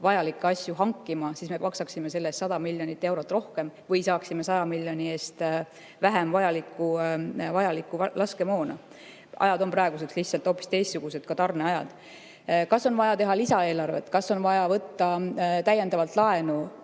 vajalikke asju hankima, siis me maksaksime selle eest 100 miljonit eurot rohkem või saaksime 100 miljoni eest vähem vajalikku laskemoona. Ajad on praeguseks lihtsalt hoopis teistsugused, ka tarneajad. Kas on vaja teha lisaeelarvet? Kas on vaja võtta täiendavalt laenu?